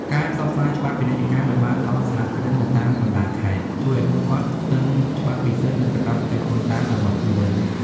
ការផ្សព្វផ្សាយច្បាប់ពាណិជ្ជកម្មឱ្យបានដល់សហគ្រិននៅតាមបណ្ដាខេត្ត ជួយឱ្យពួកគាត់ដឹងច្បាស់ពីសិទ្ធិ និងកាតព្វកិច្ចពន្ធដាររបស់ខ្លួន។